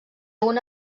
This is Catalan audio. una